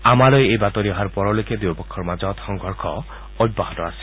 আমালৈ এই বাতৰি অহাৰ পৰলৈকে দুয়োপক্ষৰ মাজত সংঘৰ্ষ অব্যাহত আছিল